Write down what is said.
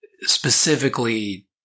specifically